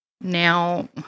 Now